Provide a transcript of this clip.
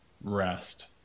rest